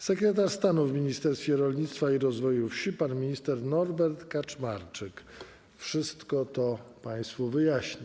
Sekretarz stanu w Ministerstwie Rolnictwa i Rozwoju Wsi pan minister Norbert Kaczmarczyk wszystko to państwu wyjaśni.